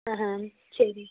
ஆஆ ஹ சரி